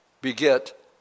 beget